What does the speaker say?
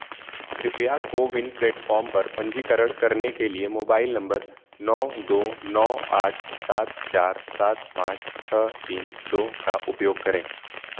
कृपया CoWIN platform पर पंजीकरण करने के लिए मोबाइल नंबर नौ दो नौ आठ सात चार सात पाँच छः तीन दो का उपयोग करें